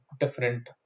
different